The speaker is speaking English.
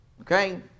Okay